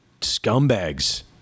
scumbags